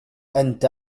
أنت